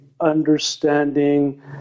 understanding